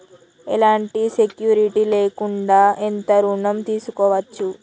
ఎలాంటి సెక్యూరిటీ లేకుండా ఎంత ఋణం తీసుకోవచ్చు?